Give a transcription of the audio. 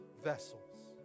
vessels